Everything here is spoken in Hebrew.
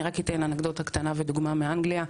אני רק אתן אנקדוטה קטנה ודוגמה מאנגליה.